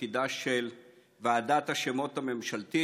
תפקידה של ועדת השמות הממשלתית.